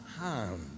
hand